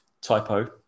typo